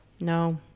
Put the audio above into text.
No